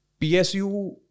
PSU